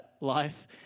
life